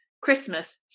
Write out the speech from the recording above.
Christmas